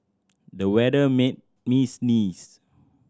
the weather made me sneeze